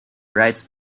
rights